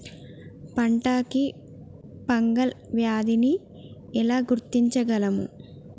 పంట కి ఫంగల్ వ్యాధి ని ఎలా గుర్తించగలం?